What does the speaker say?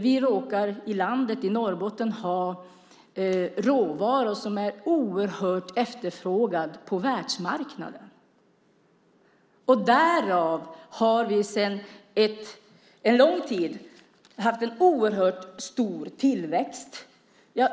Vi råkar ha råvaror i Norrbotten som är oerhört efterfrågade på världsmarknaden. Därför har vi sedan lång tid haft en oerhört stor tillväxt.